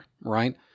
right